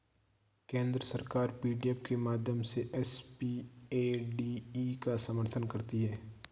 केंद्र सरकार पी.डी.एफ के माध्यम से एस.पी.ए.डी.ई का समर्थन करती है